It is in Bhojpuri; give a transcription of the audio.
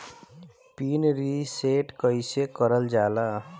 पीन रीसेट कईसे करल जाला?